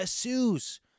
Jesus